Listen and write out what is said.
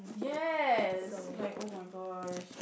yes like oh my gosh